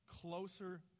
closer